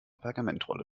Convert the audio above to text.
pergamentrolle